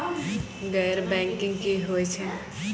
गैर बैंकिंग की होय छै?